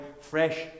Fresh